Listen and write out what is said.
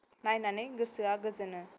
नायनानै गोसोआ गोजोनो